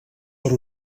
per